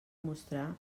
mostrar